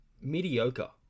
Mediocre